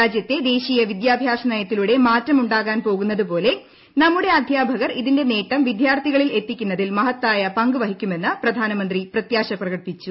രാജ്യത്ത് ദേശീയ വിദ്യാഭ്യാസ നയത്തിലൂടെ മാറ്റം ഉണ്ടാകാൻ പോകുന്നതുപോലെ നമ്മുടെ അദ്ധ്യാപകർ ഇതിന്റെ നേട്ടം വിദ്യാർത്ഥികളിൽ എത്തിക്കുന്നതിൽ മഹത്തായ പങ്ക് വഹിക്കുമെന്ന് പ്രധാനമന്ത്രി പ്രത്യാശ പ്രകടിപ്പിച്ചു